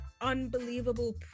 unbelievable